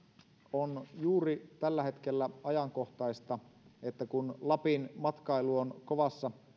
on juuri tällä hetkellä ajankohtaista kun lapin matkailu on kovassa